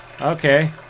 Okay